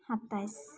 সাতাইছ